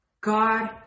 God